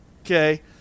Okay